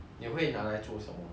新币 lah 新币